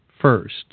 first